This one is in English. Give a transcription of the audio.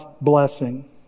blessing